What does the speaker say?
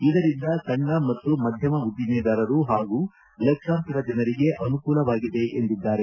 ಇದರಿಂದ ಸಣ್ಣ ಮತ್ತು ಮಧ್ಯಮ ಉದ್ದಿಮೆದಾರರು ಮತ್ತು ಲಕ್ಷಾಂತರ ಜನರಿಗೆ ಅನುಕೂಲವಾಗಿದೆ ಎಂದಿದ್ದಾರೆ